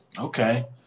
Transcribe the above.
Okay